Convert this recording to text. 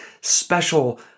special